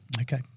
Okay